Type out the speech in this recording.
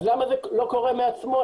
למה זה לא קורה מעצמו,